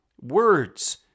Words